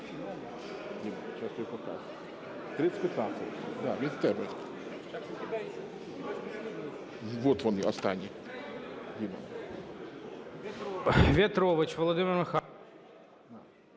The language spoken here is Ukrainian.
В'ятрович Володимир Михайлович.